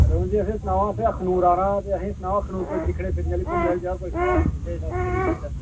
रमन जी अ'सें गी सनाओ अ'सें अखनूर औना होऐ ते अ'सें गी सनाओ अखनूर कोई दिक्खने फिरने आह्ली घुम्मने आह्ली जगह कोई सनाओ हां जित्थै अस घुम्मी फिरचै